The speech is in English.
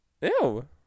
Ew